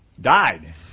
Died